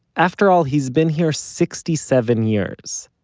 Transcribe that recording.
after all, he's been here sixty-seven years.